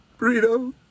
burrito